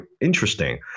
interesting